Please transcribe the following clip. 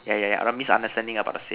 yeah yeah yeah understanding about the same